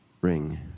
ring